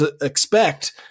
expect